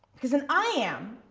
because in i am